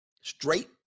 Straight